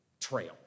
trail